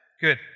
Good